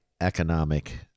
economic